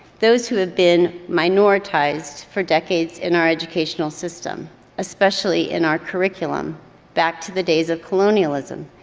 those who have been minoritized for decades in our educational system especially in our curriculum back to the days of colonialism.